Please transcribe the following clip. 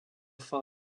fin